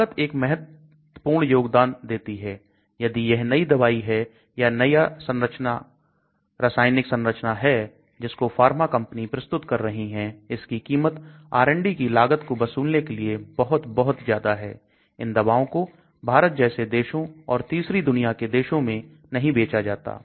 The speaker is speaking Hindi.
लागत एक बहुत महत्वपूर्ण योगदान देती है यदि यह नई दवाई है या नया रासायनिक संरचना है जिसको फार्मा कंपनी प्रस्तुत कर रही हैं इसकी कीमत RD की लागत को वसूलने के लिए बहुत बहुत ज्यादा है इन दवाओं को भारत जैसे देशों और तीसरी दुनिया के देशों में नहीं बेचा जाता